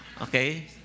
Okay